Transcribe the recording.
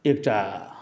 एकटा